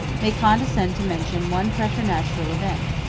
may condescend to mention one preternatural event,